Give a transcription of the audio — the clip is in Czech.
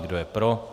Kdo je pro?